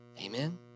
Amen